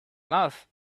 mouth